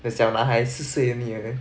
the 小男孩四岁 only